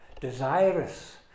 desirous